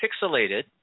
pixelated